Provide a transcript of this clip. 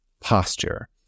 posture